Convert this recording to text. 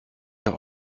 doch